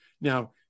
Now